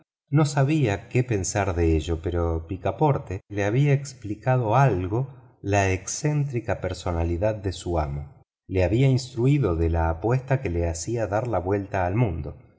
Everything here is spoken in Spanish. no sabía qué pensar de ello pero picaporte le había explicado algo de la excéntrica personalidad de su amo le había instruido de la apuesta que le hacía dar la vuelta al mundo